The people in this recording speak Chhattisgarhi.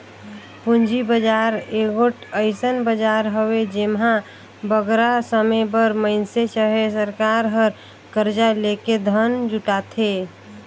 पूंजी बजार एगोट अइसन बजार हवे जेम्हां बगरा समे बर मइनसे चहे सरकार हर करजा लेके धन जुटाथे